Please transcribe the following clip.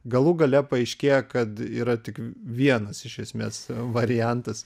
galų gale paaiškėja kad yra tik vienas iš esmes variantas